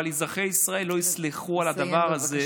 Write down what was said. אבל אזרחי ישראל לא יסלחו על הדבר הזה,